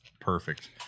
perfect